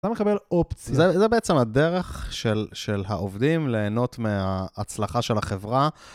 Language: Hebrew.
אתה מקבל אופציה. זה בעצם הדרך של העובדים ליהנות מההצלחה של החברה.